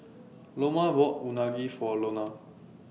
Loma bought Unagi For Lona